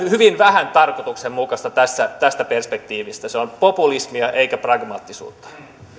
hyvin vähän tarkoituksenmukaista tästä perspektiivistä se on populismia eikä pragmaattisuutta